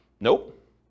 Nope